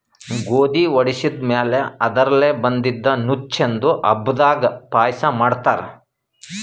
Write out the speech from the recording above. ಗೋಧಿ ವಡಿಸಿದ್ ಮ್ಯಾಲ್ ಅದರ್ಲೆ ಬಂದಿದ್ದ ನುಚ್ಚಿಂದು ಹಬ್ಬದಾಗ್ ಪಾಯಸ ಮಾಡ್ತಾರ್